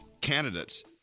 candidates